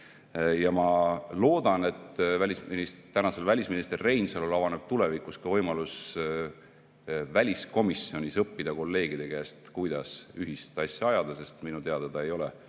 Ja ma loodan, et tänasel välisministril Reinsalul avaneb tulevikus võimalus väliskomisjonis õppida kolleegide käest, kuidas ühist asja ajada, sest minu teada ta ei ole